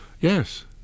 Yes